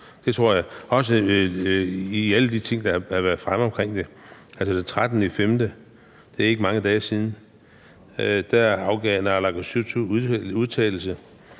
det tror jeg, også hvad angår alle de ting, der har været fremme omkring det. Den 13. maj, det er ikke mange dage siden, afgav naalakkersuisut en udtalelse